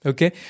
Okay